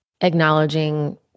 acknowledging